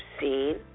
seen